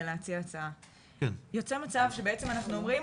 נוצר מצב שבעצם אנחנו אומרים